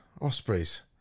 Ospreys